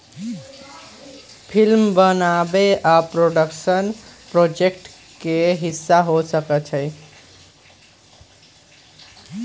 film बनाबे आ production project के हिस्सा हो सकइ छइ